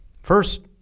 first